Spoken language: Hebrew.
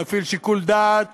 נפעיל שיקול דעת